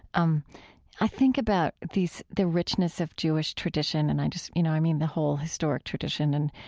um i think about these, the richness of jewish tradition and i just, you know, i mean, the whole historic tradition and,